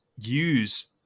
use